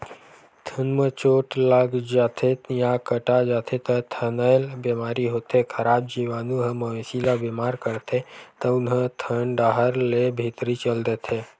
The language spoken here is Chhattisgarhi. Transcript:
थन म चोट लाग जाथे या कटा जाथे त थनैल बेमारी होथे, खराब जीवानु ह मवेशी ल बेमार करथे तउन ह थन डाहर ले भीतरी चल देथे